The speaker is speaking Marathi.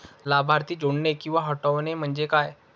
लाभार्थी जोडणे किंवा हटवणे, म्हणजे काय?